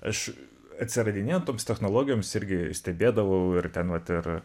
aš atsiradinėjant toms technologijoms irgi stebėdavau ir ten vat ir